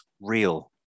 real